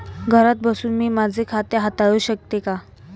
घरात बसून मी माझे खाते हाताळू शकते का?